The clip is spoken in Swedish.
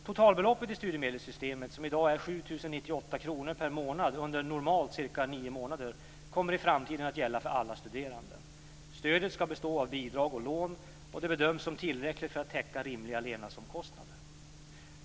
Totalbeloppet i studiemedelssystemet, som i dag är 7 098 kr per månad under normalt cirka nio månader, kommer i framtiden att gälla för alla studerande. Stödet ska bestå av bidrag och lån. Det bedöms som tillräckligt för att täcka rimliga levnadsomkostnader.